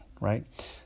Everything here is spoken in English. right